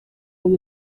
uwo